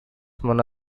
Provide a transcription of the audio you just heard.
mona